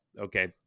okay